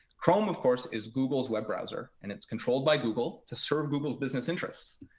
chrome, of course, is google's web browser. and it's controlled by google to serve google's business interests.